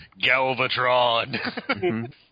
Galvatron